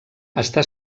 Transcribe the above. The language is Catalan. està